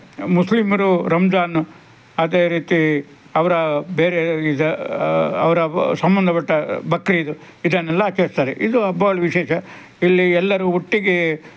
ಮುಸ್ಲಿಮರು ರಮ್ಜಾನ್ ಅದೇ ರೀತಿ ಅವರ ಬೇರೆ ಇದ ಅವರ ಸಂಬಂಧ ಪಟ್ಟ ಬಕ್ರೀದ್ ಇದನ್ನೆಲ್ಲ ಆಚರಿಸ್ತಾರೆ ಇದು ಹಬ್ಬಗಳು ವಿಶೇಷ ಇಲ್ಲಿ ಎಲ್ಲರೂ ಒಟ್ಟಿಗೆ